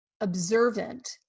observant